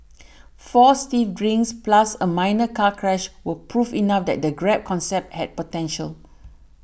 four stiff drinks plus a minor car crash were proof enough that the Grab concept had potential